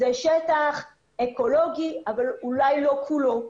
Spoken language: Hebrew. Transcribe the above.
זה שטח אקולוגי אבל אולי לא כולו.